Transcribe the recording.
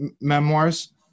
memoirs